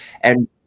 And-